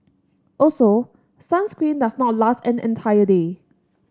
also sunscreen does not last an entire day